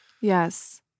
Yes